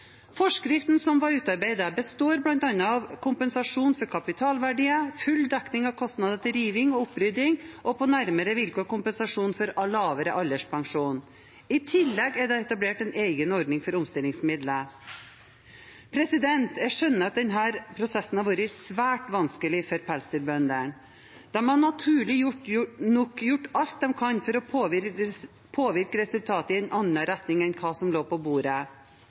Forskriften som ble utarbeidet, består bl.a. av kompensasjon for kapitalverdier, full dekning av kostnader til riving og opprydding og, på nærmere vilkår, kompensasjon for lavere alderspensjon. I tillegg er det etablert en egen ordning for omstillingsmidler. Jeg skjønner at denne prosessen har vært svært vanskelig for pelsdyrbøndene. De har naturlig nok gjort alt de har kunnet for å påvirke resultatet i en annen retning enn det som lå på bordet